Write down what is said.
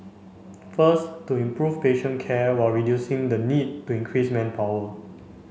first to improve patient care while reducing the need to increase manpower